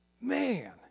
Man